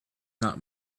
not